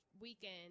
weekend